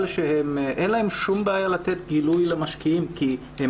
אין להן שום בעיה לתת גילוי למשקיעים כי הן